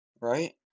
right